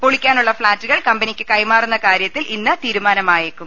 പൊളിക്കാനുള്ള ഫ്ളാറ്റുകൾ കമ്പനിക്കു കൈമാറുന്ന കാര്യത്തിൽ ഇന്ന് തീരുമാനമായേക്കും